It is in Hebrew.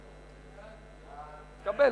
נתקבל.